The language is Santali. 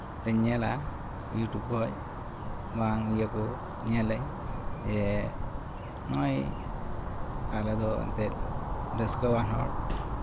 ᱞᱮ ᱧᱮᱞᱟ ᱤᱭᱩᱴᱩᱵᱽ ᱠᱷᱚᱡ ᱵᱟᱝ ᱤᱭᱟᱹ ᱠᱚ ᱧᱮᱞ ᱟᱹᱧ ᱱᱚᱜᱼᱚᱭ ᱟᱞᱮ ᱫᱚ ᱮᱱᱛᱮᱜ ᱨᱟᱹᱥᱠᱟᱹᱣᱟᱱ ᱦᱚᱲ